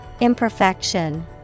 Imperfection